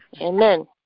Amen